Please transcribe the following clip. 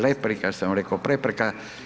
Replika sam rekao, prepreka.